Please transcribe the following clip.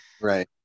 Right